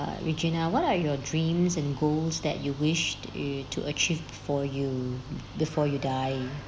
uh regina what are your dreams and goals that you wished you to achieve for you before you die